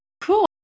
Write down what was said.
Cool